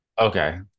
okay